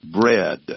bread